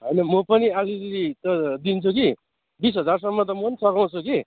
होइन म पनि आलिअलि त दिन्छु कि बिस हजारसम्म त म पनि सघाउँछु कि